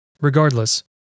Regardless